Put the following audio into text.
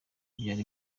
byari